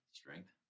strength